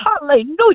hallelujah